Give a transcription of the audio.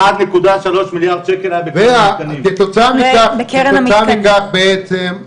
וכתוצאה מכך בעצם,